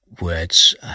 words